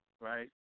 right